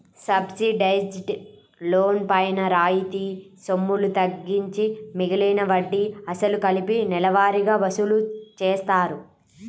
subsidised loan పైన రాయితీ సొమ్ములు తగ్గించి మిగిలిన వడ్డీ, అసలు కలిపి నెలవారీగా వసూలు చేస్తారు